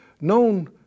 known